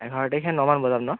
এঘাৰ তাৰিখে নমান বজাত নহ্